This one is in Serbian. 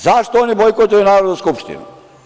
Zašto oni bojkotuju Narodnu skupštinu?